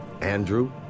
Andrew